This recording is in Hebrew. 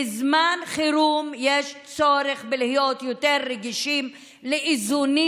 בזמן חירום יש צורך להיות יותר רגישים לאיזונים